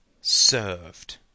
served